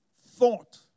thought